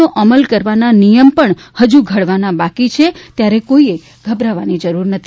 નો અમલ કરવાના નિયમ હજુ ઘડવાના બાકી છે ત્યારે કોઇએ ગભરાવાની જરૂર નથી